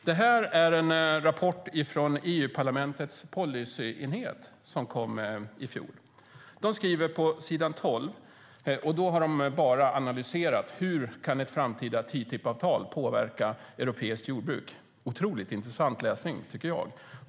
Det jag håller i min hand är en rapport från EU-parlamentets policyenhet som kom i fjol. De har bara analyserat hur ett framtida TTIP-avtal kan påverka europeiskt jordbruk - en otroligt intressant läsning, tycker jag.